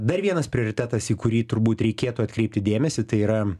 dar vienas prioritetas į kurį turbūt reikėtų atkreipti dėmesį tai yra